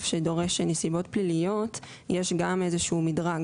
שדורש נסיבות פליליות יש גם איזה שהוא מדרג.